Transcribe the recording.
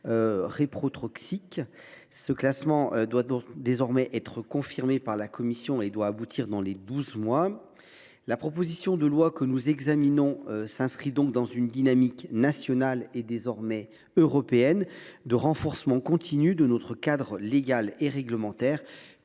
Ce classement doit désormais être confirmé par la Commission et devrait aboutir dans les douze mois. La proposition de loi que nous examinons s’inscrit donc dans une dynamique nationale et désormais européenne de renforcement continu de notre cadre légal et réglementaire